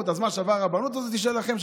אז מה שווה הרבנות הזאת שלכם,